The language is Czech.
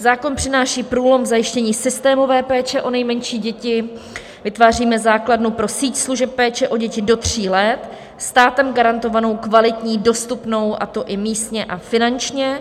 Zákon přináší průlom v zajištění systémové péče o nejmenší děti, vytváříme základnu pro síť služeb péče o děti do tří let státem garantovanou, kvalitní, dostupnou, a to i místně a finančně.